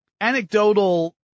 anecdotal